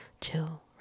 chill